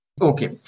Okay